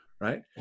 Right